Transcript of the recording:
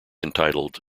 entitled